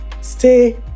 Stay